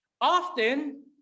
Often